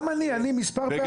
גם אני מספר פעמים.